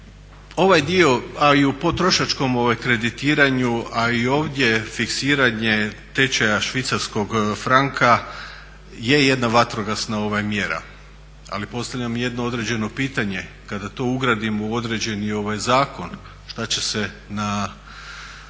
Ovaj dio, a i u potrošačkom kreditiranju, a i ovdje fiksiranje tečaja švicarskog franka je jedna vatrogasna mjera. Ali postavljam jedno određeno pitanje kada to ugradimo u određeni zakon šta će se